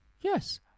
Yes